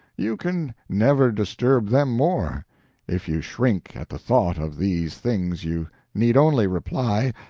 you can never disturb them more if you shrink at the thought of these things you need only reply,